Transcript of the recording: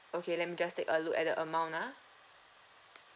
okay let me just take a look at the amount ah